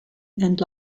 and